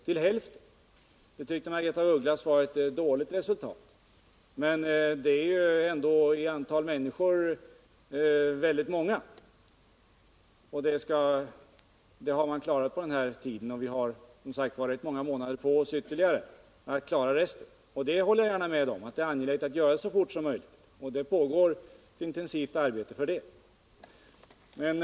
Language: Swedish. Det tyckte Margaretha 7” af Ugglas var ett dåligt resultat, men det är ändå fråga om ett stort antal människor som man nått ut till på den här tiden. Och vi har rätt många månader på oss ytterligare för att klara resten. Jag kan gärna hålla med om att det är angeläget att göra det så fort som möjligt. Ett intensivt arbete pågår därför redan.